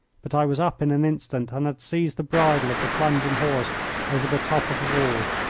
but i was up in an instant and had seized the bridle of the plunging horse over the top of the wall.